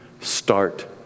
Start